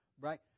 right